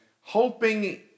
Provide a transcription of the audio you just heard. hoping